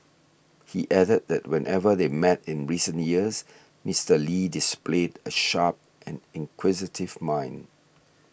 he added that whenever they met in recent years Mister Lee displayed a sharp and inquisitive mind